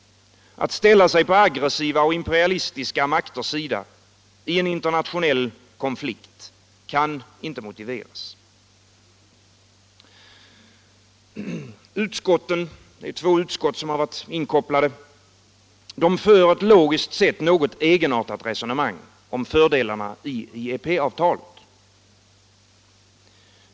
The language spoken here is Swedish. Att ställa sig på aggressiva och imperialistiska makters sida i en internationell konflikt kan inte motiveras. De två utskott som varit inkopplade på detta ärende för ett logiskt sett något egenartat resonemang om fördelarna med IEP-avtalet.